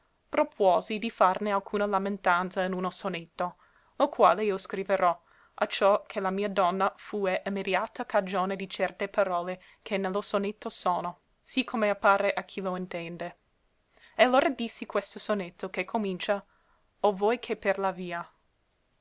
propuosi di farne alcuna lamentanza in uno sonetto lo quale io scriverò acciò che la mia donna fue immediata cagione di certe parole che ne lo sonetto sono sì come appare a chi lo intende e allora dissi questo sonetto che comincia o voi che per la via